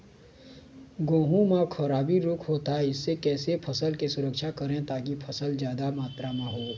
गेहूं म खराबी रोग होता इससे कैसे फसल की सुरक्षा करें ताकि फसल जादा मात्रा म हो?